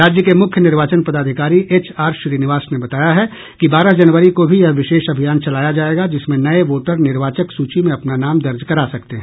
राज्य के मुख्य निर्वाचन पदाधिकारी एचआरश्रीनिवास ने बताया है कि बारह जनवरी को भी यह विशेष अभियान चलाया जाएगा जिसमें नए वोटर निर्वाचक सूची में अपना नाम दर्ज करा सकते हैं